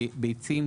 ביצים,